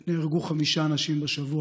בשבוע האחרון נהרגו חמישה אנשים.